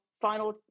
final